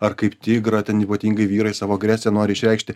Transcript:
ar kaip tigrą ten ypatingai vyrai savo agresiją nori išreikšti